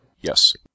Yes